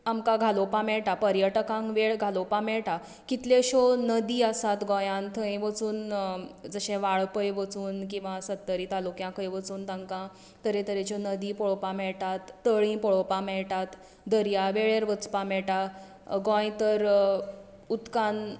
आमकां घालोवपाक मेळटा पर्यटकांक वेळ घालोवपाक मेळटा कितलेश्यो नदी आसात गोंयांत थंय वचून जशें वाळपय वचून किंवां सत्तरी तालुक्यांत थंय वचून तांकां तरेतरेच्यो नदी पळोवपाक मेळटात तळीं पळोवपाक मेळटात दर्यावेळार वचपाक मेळटा गोंय तर उदकान